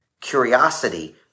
curiosity